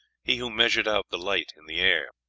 he who measured out the light in the air.